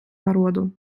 народу